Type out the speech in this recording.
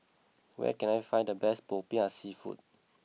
where can I find the best Popiah Seafood